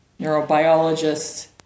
neurobiologists